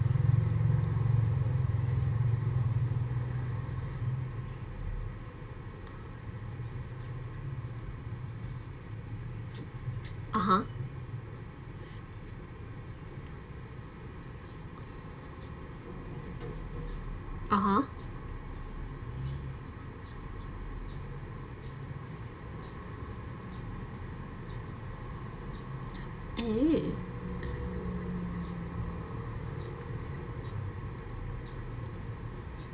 (uh huh) (uh huh) mm